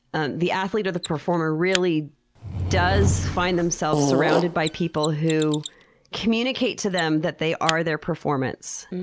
ah the athlete or the performer really does find themselves surrounded by people who communicate to them that they are their performance,